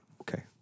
Okay